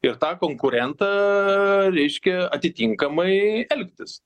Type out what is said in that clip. ir tą konkurentą reiškia atitinkamai elgtis